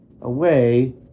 away